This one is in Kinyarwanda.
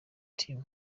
team